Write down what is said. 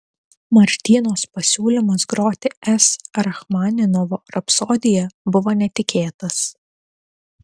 martynos pasiūlymas groti s rachmaninovo rapsodiją buvo netikėtas